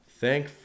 Thank